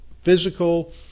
physical